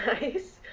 nice